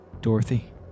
dorothy